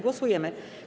Głosujemy.